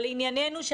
לענייננו,